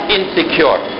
insecure